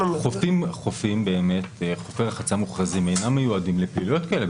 החוף --- חופי רחצה מוכרזים אינם מיועדים לפעילויות כאלה.